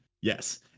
Yes